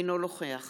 אינו נוכח